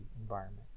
environment